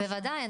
בוודאי.